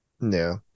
No